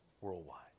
worldwide